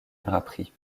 draperie